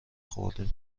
خوردیم